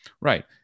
right